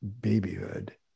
babyhood